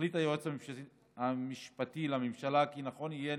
החליט היועץ המשפטי לממשלה כי נכון יהיה